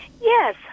Yes